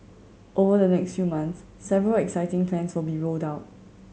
over the next few months several exciting plans will be rolled out